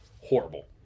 horrible